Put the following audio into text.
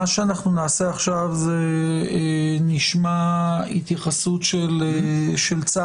מה שאנחנו נעשה עכשיו זה נשמע התייחסות של צה"ל,